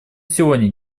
сегодня